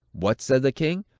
what, said the king,